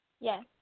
yes